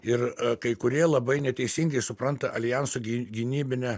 ir kai kurie labai neteisingai supranta aljanso gynybinę